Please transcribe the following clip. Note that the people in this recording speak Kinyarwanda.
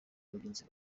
bagenzi